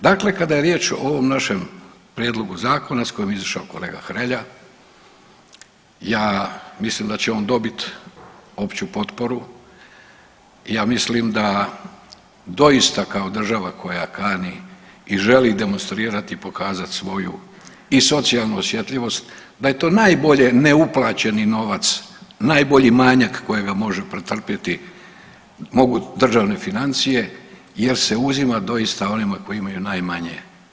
Dakle, kada je riječ o ovom našem prijedlogu zakona s kojim je izašao kolega Hrelja, ja mislim da će on dobit opću potporu, ja mislim da doista kao država koja kani i želi demonstrirati i pokazati svoju i socijalnu osjetljivost da je to najbolje neuplaćeni novac, najbolji manjak kojega može pretrpjeti mogu državne financije jer se uzima doista onima koji imaju najmanje.